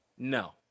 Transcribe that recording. No